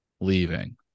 leaving